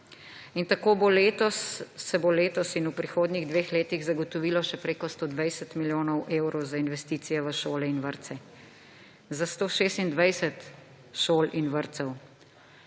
In tako se bo letos in v prihodnjih dveh letih zagotovilo še več kot 120 milijonov evrov za investicije v šole in vrtce. Za 126 šol in vrtcev.